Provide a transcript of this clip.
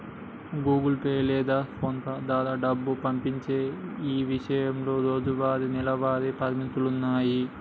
Google Pay లేదా PhonePe ద్వారా డబ్బు పంపించే ఇషయంలో రోజువారీ, నెలవారీ పరిమితులున్నాయి